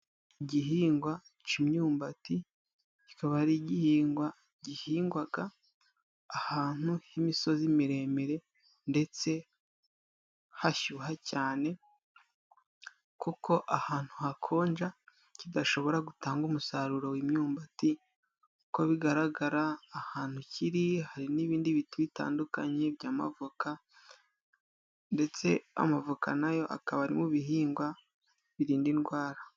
igihingwa cy'imyumbati. Kikaba ari igihingwa gihingwa ahantu h'imisozi miremire ndetse hashuha cyane, kuko ahantu hakonja kidashobora gutanga umusaruro w'imyumbati. Uko bigaragara ahantu kiri hari n'ibindi biti bitandukanye by'amavoka, ndetse amavoka na yo akaba ari mu bihingwa birinda indwara.